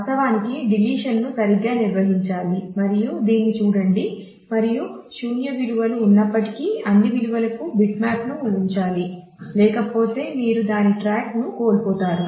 వాస్తవానికి డిలీషన్ ను సరిగ్గా నిర్వహించాలి మరియు దీన్ని చూడండి మరియు శూన్య విలువలు ఉన్నప్పటికీ అన్ని విలువలకు బిట్మ్యాప్ను ఉంచాలి లేకపోతే మీరు దాని ట్రాక్ను కోల్పోతారు